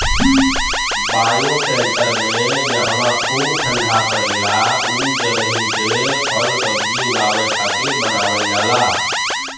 bioshelter में जहवा खूब ठण्डा पड़ेला उ जगही पे फलसब्जी उगावे खातिर बनावल जाला